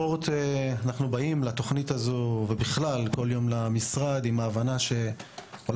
אנחנו באים לתוכנית הזו ובכלל למשרד בכל יום עם ההבנה שעולם